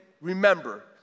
remember